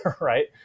right